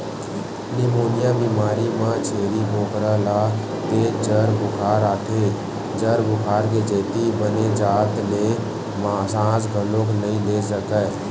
pneumonia बेमारी म छेरी बोकरा ल तेज जर बुखार आथे, जर बुखार के सेती बने जात ले सांस घलोक नइ ले सकय